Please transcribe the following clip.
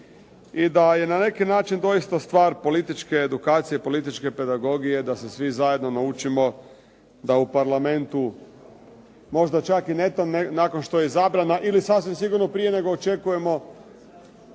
I da je na neki način doista stvar političke edukacije, političke pedagogije da se svi zajedno naučimo da u Parlamentu možda čak i netom nakon što je izabrana ili sasvim sigurno prije nego očekujemo